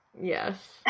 Yes